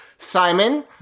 Simon